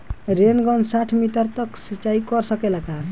Rain gun साठ metre तक सिचाई कर सकेला का?